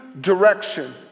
direction